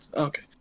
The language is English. Okay